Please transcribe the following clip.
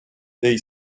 they